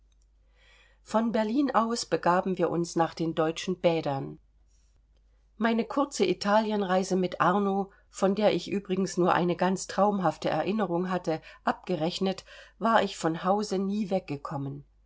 von berlin aus begaben wir uns nach den deutschen bädern meine kurze italienreise mit arno von der ich übrigens nur eine ganz traumhafte erinnerung hatte abgerechnet war ich von hause nie weggekommen